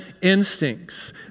instincts